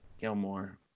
Gilmore